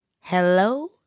Hello